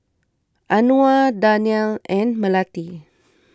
Anuar Danial and Melati